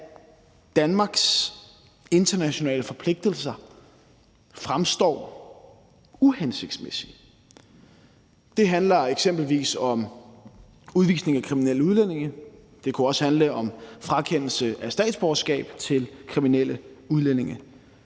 Danmarks internationale forpligtelser fremstår uhensigtsmæssige. Det handler eksempelvis om udvisning af kriminelle udlændinge. Det kunne også handle om frakendelse af statsborgerskab til kriminelle udlændinge.